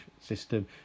system